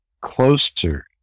closer